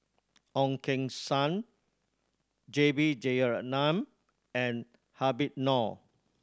Ong Keng Sen J B Jeyaretnam and Habib Noh